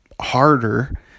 harder